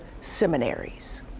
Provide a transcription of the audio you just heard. seminaries